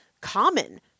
common